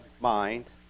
mind